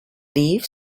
leave